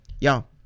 Y'all